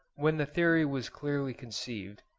when the theory was clearly conceived,